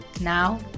Now